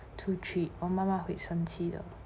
出去我妈妈会生气的